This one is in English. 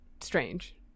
strange